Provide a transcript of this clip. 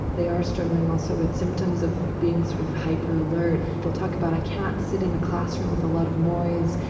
they are struggling also with symptoms of being sort of hyperalert, they'll talk about, i can't sit in a classroom with a lot of noise.